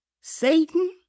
Satan